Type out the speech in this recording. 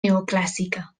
neoclàssica